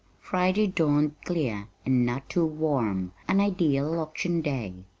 friday dawned clear, and not too warm an ideal auction-day.